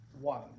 one